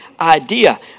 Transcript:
idea